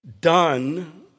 done